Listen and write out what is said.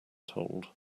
told